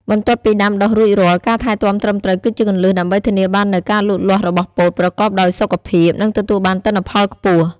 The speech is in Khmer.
បន្ទាប់ពីដាំដុះរួចរាល់ ការថែទាំត្រឹមត្រូវគឺជាគន្លឹះដើម្បីធានាបាននូវការលូតលាស់របស់ពោតប្រកបដោយសុខភាព និងទទួលបានទិន្នផលខ្ពស់។